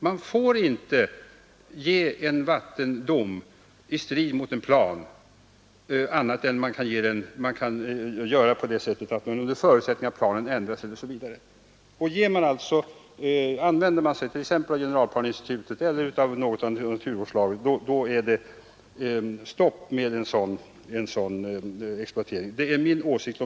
Man får inte utfärda en vattendom i strid mot en plan annat än under förutsättning att planen ändras. Använder man sig t.ex. av generalplaneinstitutet eller av någon av naturvårdslagarna, sätter det stopp för en sådan exploatering. Det är min åsikt.